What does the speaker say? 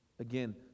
Again